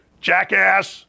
jackass